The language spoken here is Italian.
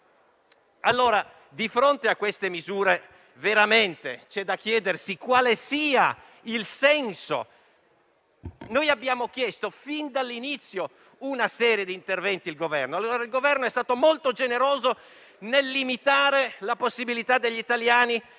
Di fronte a queste misure, c'è veramente da chiedersi quale sia il senso. Noi abbiamo chiesto fin dall'inizio una serie di interventi al Governo. Il Governo è stato molto generoso nel limitare la possibilità di tutti gli italiani